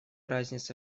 разница